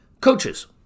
Coaches